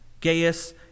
Gaius